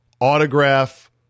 autograph